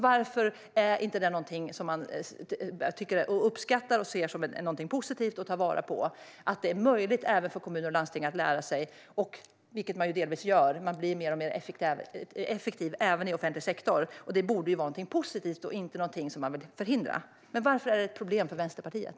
Varför uppskattar man inte detta och ser det som någonting positivt som man ska ta vara på? Möjligheten för kommuner och landsting att lära sig - vilket man delvis gör, då man blir mer och mer effektiv även i offentlig sektor - borde ju vara någonting positivt och inte någonting som ska förhindras. Varför är det ett problem för Vänsterpartiet?